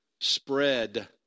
Spread